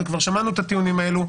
וכבר שמענו את הטיעונים האלו,